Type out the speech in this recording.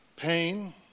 pain